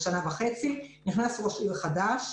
ראש עיר חדש.